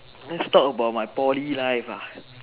let's talk about my Poly life ah